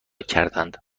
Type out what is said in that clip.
کردند